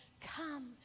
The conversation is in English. come